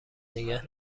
نگه